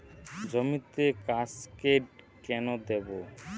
জমিতে কাসকেড কেন দেবো?